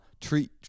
treat